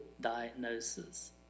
diagnosis